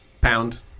Pound